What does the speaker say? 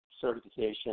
certification